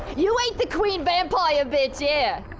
you ain't the queen vampire bitch ere!